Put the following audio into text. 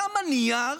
כמה נייר,